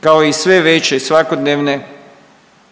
kao i sve veće svakodnevne